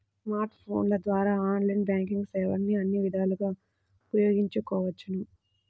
smart ఫోన్ల ద్వారా online banking సేవల్ని అన్ని విధాలుగా ఉపయోగించవచ్చు